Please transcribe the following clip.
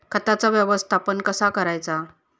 खताचा व्यवस्थापन कसा करायचा?